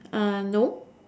ah no